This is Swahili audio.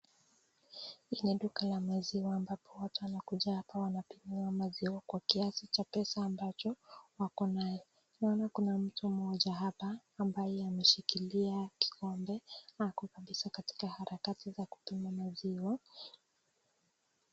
Hii ni duka la maziwa ambapo watu wanakuja hapa wanapimiwa maziwa kwa kiasi cha pesa ambacho wako nayo. Naona kuna mtu mmoja hapa ambaye ameshikilia kikombe ako kabisa katika harakati za kupima maziwa.